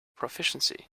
proficiency